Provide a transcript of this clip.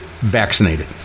vaccinated